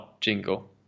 jingle